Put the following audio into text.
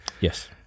Yes